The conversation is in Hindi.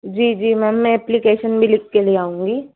जी जी मैम मैं एप्लीकेशन भी लिख कर ले आऊंगी